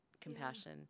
compassion